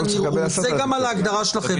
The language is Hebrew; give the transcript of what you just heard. זה גם על הגדרה שלכם.